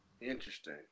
Interesting